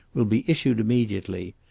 will be issued immediately.